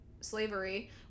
slavery